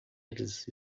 eles